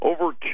Over